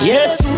Yes